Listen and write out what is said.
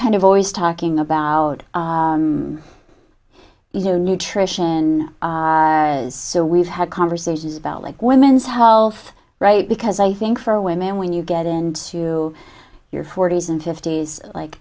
kind of always talking about you know nutrition so we've had conversations about like women's health right because i think for women when you get into your forty's and fifty's like